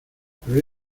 pero